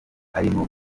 arimo